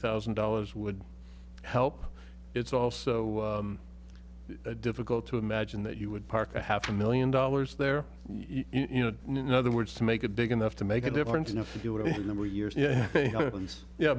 thousand dollars would help it's also difficult to imagine that you would park a half a million dollars there you know in another words to make it big enough to make a difference if it were years yeah yeah